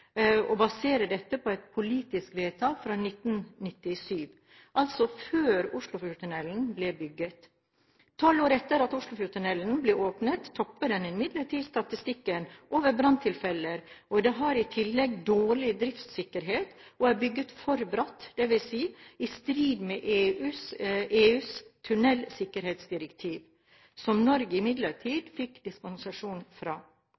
basere dette på et politisk vedtak fra 1997, altså før Oslofjordtunnelen ble bygget. 12 år etter at Oslofjordtunnelen ble åpnet, topper den imidlertid statistikken over branntilfeller, og den har i tillegg dårlig driftssikkerhet, og den er bygget for bratt, dvs. i strid med EUs tunnelsikkerhetsdirektiv, som Norge imidlertid fikk dispensasjon fra.